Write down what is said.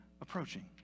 approaching